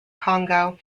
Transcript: congo